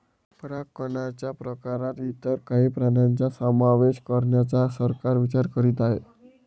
परागकणच्या प्रकारात इतर काही प्राण्यांचा समावेश करण्याचा सरकार विचार करीत आहे